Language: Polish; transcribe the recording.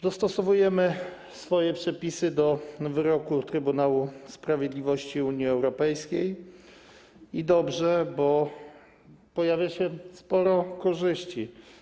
Dostosowujemy nasze przepisy do wyroku Trybunału Sprawiedliwości Unii Europejskiej, i dobrze, bo pojawia się sporo korzyści.